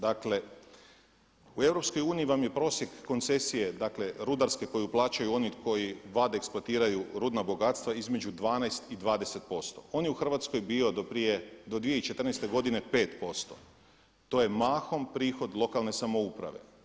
Dakle u EU vam je prosjek koncesije rudarske koju plaćaju oni koji vade i eksploatiraju rudna bogatstva između 12 i 20%, on je u Hrvatskoj bio do prije do 2014. godine 5%, to je mahom prihod lokalne samouprave.